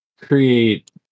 create